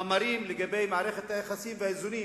מאמרים לגבי מערכת היחסים והאיזונים